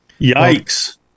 Yikes